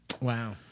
Wow